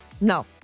No